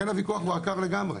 לכן הוויכוח הוא עקר לגמרי.